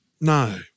No